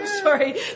Sorry